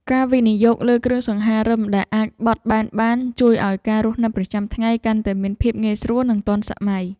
ការវិនិយោគលើគ្រឿងសង្ហារិមដែលអាចបត់បែនបានជួយឱ្យការរស់នៅប្រចាំថ្ងៃកាន់តែមានភាពងាយស្រួលនិងទាន់សម័យ។